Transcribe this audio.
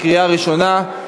קריאה ראשונה.